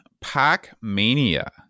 Pac-Mania